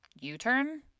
u-turn